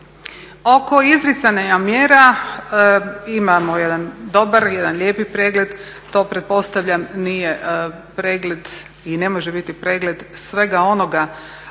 Oko izricanja mjera imamo jedan dobar, jedan lijepi pregled. To pretpostavljam nije pregled i ne može biti pregled svega onoga